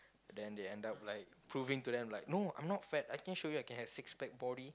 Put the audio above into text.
then they end up like proving to them like no I'm not fat I can show you I can have six pec body